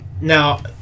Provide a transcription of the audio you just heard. Now